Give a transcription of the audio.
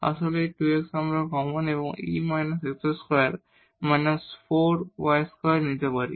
আসলে এই 2 x আমরা কমন এবং e − x2−4 y2 নিতে পারি